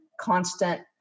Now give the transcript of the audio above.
constant